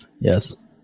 yes